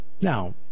Now